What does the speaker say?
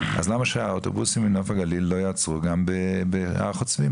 אז למה שהאוטובוסים מנוף הגליל לא יעצרו גם בהר חוצבים,